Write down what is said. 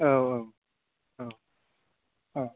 औ औ औ